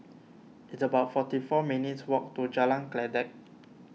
it's about forty four minutes' walk to Jalan Kledek